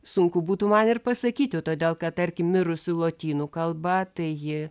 sunku būtų man ir pasakyti todėl kad tarkim mirusi lotynų kalba tai ji